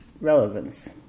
relevance